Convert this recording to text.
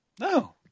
No